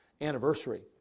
anniversary